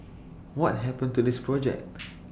what happened to this project